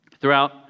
Throughout